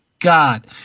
God